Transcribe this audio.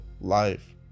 life